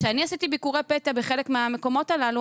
כשאני עשיתי ביקורי פתע בחלק מהמקומות הללו,